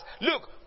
look